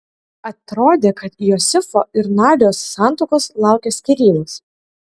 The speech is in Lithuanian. atrodė kad josifo ir nadios santuokos laukia skyrybos